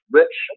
rich